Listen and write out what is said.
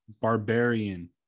Barbarian